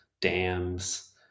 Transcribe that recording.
dams